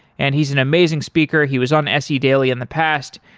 and he's an amazing speaker. he was on se daily in the past.